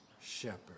shepherd